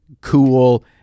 cool